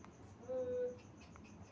Tax saver FD किती काळासाठी असते?